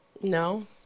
No